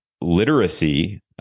literacy